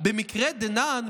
במקרה דנן,